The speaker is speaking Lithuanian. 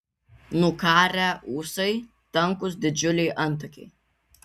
nukarę ūsai tankūs didžiuliai antakiai